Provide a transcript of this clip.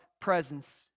presence